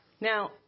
Now